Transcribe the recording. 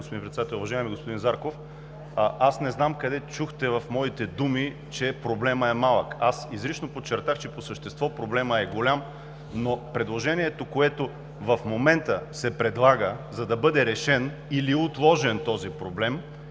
господин Председател! Уважаеми господин Зарков, не знам къде чухте в моите думи, че проблемът е малък. Изрично подчертах, че по същество проблемът е голям, но предложението, което в момента се обсъжда, за да бъде решен или отложен този проблем,